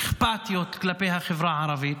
של אכפתיות, כלפי החברה הערבית.